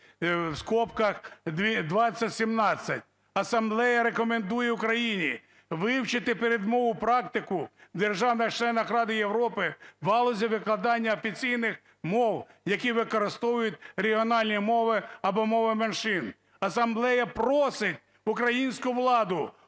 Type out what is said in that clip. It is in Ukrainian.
№ 2189 (2017) "Асамблея рекомендує Україні вивчити передмову практику держав-членах Ради Європи в галузі викладання офіційних мов, які використовують регіональні мови або мови меншин". Асамблея просить українську владу